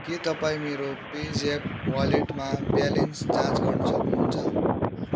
के तपाईँ मेरो पे ज्याप वालेटमा ब्यालेन्स जाँच गर्न सक्नुहुन्छ